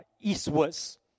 eastwards